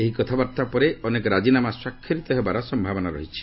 ଏହି କଥାବାର୍ତ୍ତା ପରେ ଅନେକ ରାଜିନାମା ସ୍ୱାକ୍ଷରିତ ହେବାର ସମ୍ଭାବନା ଅଛି